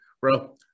bro